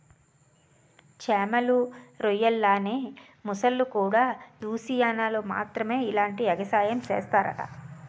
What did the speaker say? చేమలు, రొయ్యల్లాగే మొసల్లుకూడా లూసియానాలో మాత్రమే ఇలాంటి ఎగసాయం సేస్తరట